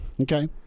Okay